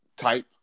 Type